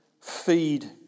feed